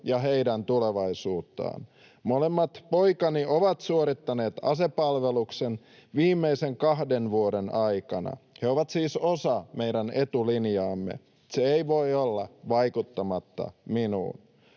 ja heidän tulevaisuuttaan. Molemmat poikani ovat suorittaneet asepalveluksen viimeisten kahden vuoden aikana, ja he ovat siis osa meidän etulinjaamme. Se ei voi olla vaikuttamatta minuun.